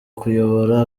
kuyobora